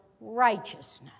righteousness